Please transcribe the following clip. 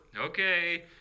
Okay